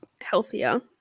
healthier